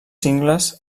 cingles